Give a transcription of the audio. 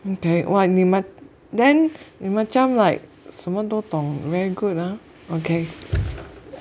okay !wah! 你 mac~ then 你 macam like 什么都懂 very good ah okay